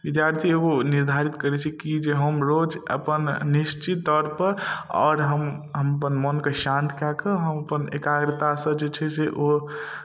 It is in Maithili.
विद्यार्थी ओ निर्धारित करै छै की जे हम रोज अपन निश्चित तौरपर आओर हम हम अपन मोनके शान्तकए कऽ हम अपन एकाग्रतासँ जे छै से ओ